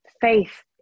Faith